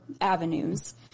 avenues